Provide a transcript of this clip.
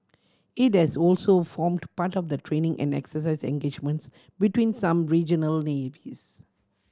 it has also formed part of the training and exercise engagements between some regional navies